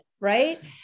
Right